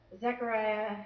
Zechariah